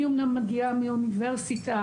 אני אמנם מגיעה מאוניברסיטה,